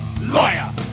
Lawyer